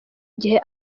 gihe